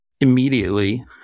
immediately